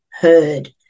heard